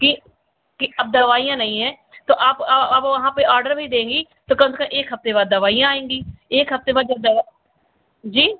कि कि अब दवाइयाँ नहीं हैं तो आप अब वहाँ पर ऑर्डर भी देंगी तो कम से कम एक हफ़्ते बाद दवाइयाँ आएँगी एक हफ़्ते बाद जब दवा जी